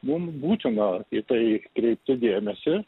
mums būtina į tai kreipti dėmesį